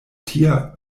tia